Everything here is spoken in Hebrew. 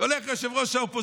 הולך ראש האופוזיציה,